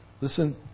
Listen